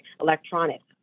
electronics